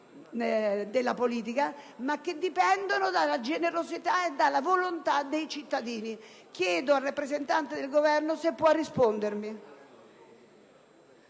della politica, ma dipendono dalla generosità e dalla volontà dei cittadini. Chiedo al rappresentante del Governo se può rispondermi.